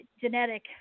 genetic